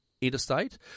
interstate